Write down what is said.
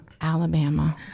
Alabama